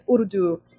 Urdu